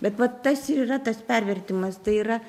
bet vat tas ir yra tas pervertimas tai yra